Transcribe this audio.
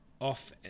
off